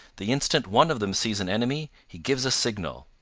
the instant one of them sees an enemy he gives a signal.